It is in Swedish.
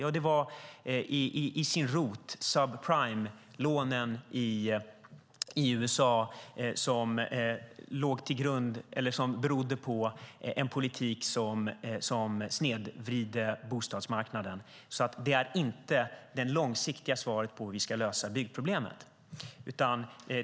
Roten till det hela var subprimelånen i USA och en politik som snedvred bostadsmarknaden. Det är alltså inte det långsiktiga svaret på hur vi ska lösa byggproblemet.